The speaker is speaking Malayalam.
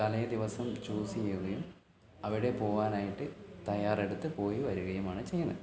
തലേദിവസം ചൂസ് ചെയ്യുകയും അവിടെ പോകാനായിട്ട് തയ്യാറെടുത്ത് പോയി വരികയുമാണ് ചെയ്യണെ